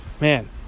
Man